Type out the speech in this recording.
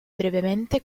brevemente